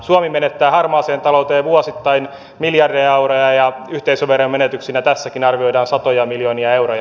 suomi menettää harmaaseen talouteen vuosittain miljardeja euroja ja yhteisöverojen menetyksinä tässäkin arvioidaan satoja miljoonia euroja